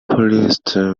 polyester